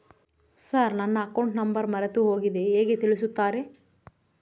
Sir ನನ್ನ account number ಮರೆತುಹೋಗಿದೆ ಹೇಗೆ ತಿಳಿಸುತ್ತಾರೆ?